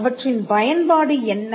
அவற்றின் பயன்பாடு என்ன